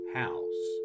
house